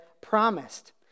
promised